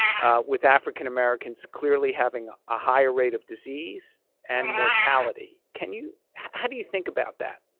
with african-americans clearly having a higher rate of disease and mortality. can you how do you think about that?